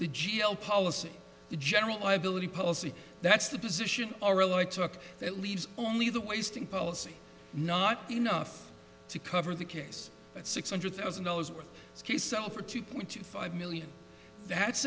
the g l policy the general liability policy that's the position all rely took that leaves only the wasting policy not enough to cover the case that six hundred thousand dollars worth he sell for two point two five million that's